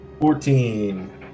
Fourteen